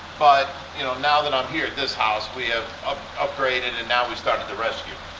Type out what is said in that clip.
but you know, now that i'm here at this house we have ah upgraded and now we started the rescue.